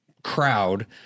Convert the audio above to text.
crowd